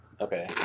Okay